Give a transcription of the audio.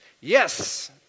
Yes